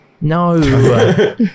No